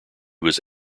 was